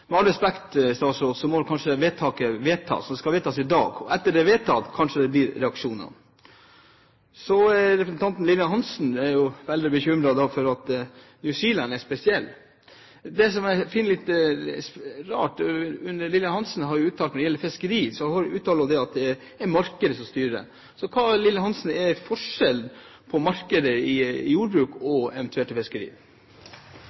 Med all respekt: Vedtaket som skal fattes i dag, må kanskje fattes først. Etterpå blir det kanskje reaksjoner. Representanten Lillian Hansen er veldig bekymret for at New Zealand er spesielt. Det jeg finner litt rart, er følgende: Når det gjelder fiskeri, uttaler hun at det er markedet som styrer. Hva mener Lillian Hansen er forskjellen på markedet for jordbruk